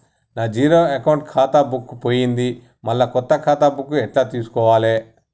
నా zero account ఖాతా book పోయింది మళ్ళా కొత్త ఖాతా బుక్కు ఎట్ల తీసుకోవాలే?